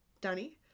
Danny